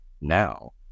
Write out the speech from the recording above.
now